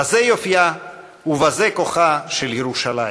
בזה יופייה ובזה כוחה של ירושלים.